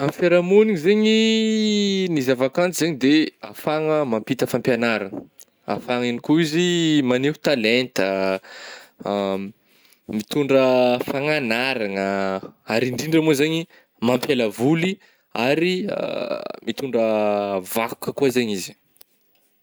Amin'ny fiarahamognina zegny ny zavakanto zegny de afahagna mampita fampiagnarana, afahagna ihany koa izy magneho talenta, mitondra fagnanaragna ary indrindra mo zegny mampiala voly ary mitondra vakoka koa zegny izy.